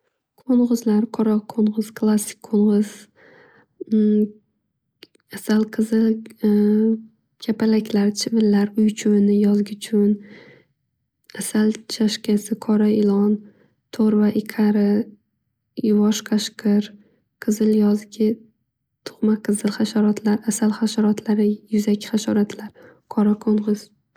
Qo'ng'izlar, qora qo'ng'iz, klassik qo'ng'iz, asal qizil, kapalaklar, chivinlar, uy chuvuni, yozgi chuvun, asal chasgkasi, qora ilon, to'rva ikari, bosh qashqir, qizil yozgi tug'ma qizil hasharotlar, asal hasharotlari yuzaki hasharotlar, qora qo'ng'iz.